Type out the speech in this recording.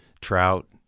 trout